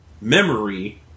memory